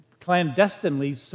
clandestinely